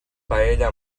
paella